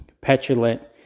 petulant